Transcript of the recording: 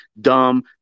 Dumb